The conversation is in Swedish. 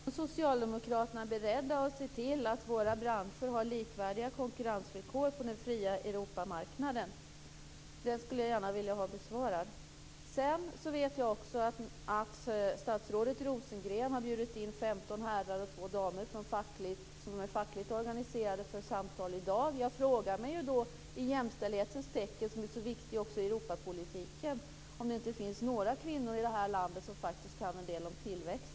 Fru talman! Min fråga gällde om Socialdemokraterna är beredda att se till att våra branscher har likvärdiga konkurrensvillkor på den fria Europamarknaden. Den skulle jag gärna vilja ha besvarad. Sedan vet jag också att statsrådet Rosengren har bjudit in 15 herrar och 2 damer som är fackligt organiserade för samtal i dag. Jag undrar då i jämställdhetens tecken, eftersom jämställdheten är så viktig också i Europapolitiken, om det inte finns några kvinnor i det här landet som faktiskt kan en del om tillväxt.